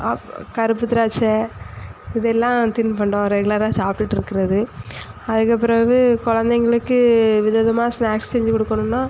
கருப்புத்திராட்சை இதெல்லாம் தின்பண்டம் ரெகுலராக சாப்பிட்டுட்ருக்குறது அதுக்குப் பிறகு குலந்தைங்களுக்கு விதம் விதமாக ஸ்நாக்ஸ் செஞ்சு கொடுக்கணும்னா